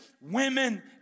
women